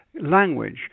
language